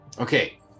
Okay